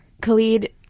khalid